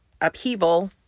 upheaval